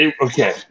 okay